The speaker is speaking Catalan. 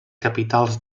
capitals